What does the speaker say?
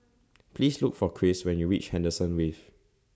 Please Look For Chris when YOU REACH Henderson Wave